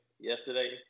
yesterday